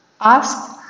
Ask